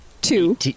Two